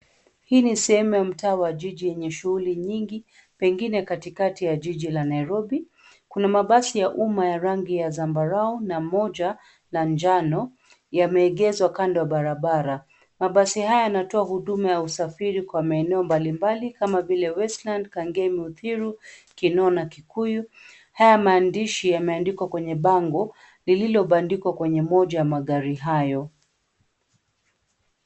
Hii ni sehemu ya mtaa wa jiji yenye shughuli nyingi pengine katikati ya jiji la Nairobi. Kuna mabasi ya umma ya rangi ya zambarau na moja la njano yameegezwa kando ya barabara. Mabasi haya yanatoa huduma ya usafiri kwa maeneo mbalimbali kama vile Westland, Kangemi, Uthiru, Kino na Kikuyu. Haya maandishi yameandikwa kwenye bango lilobandikwa kwenye moja ya magari hayo.